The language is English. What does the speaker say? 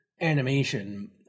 animation